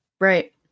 Right